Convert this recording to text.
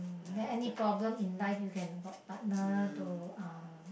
then any problem in life you can got partner to uh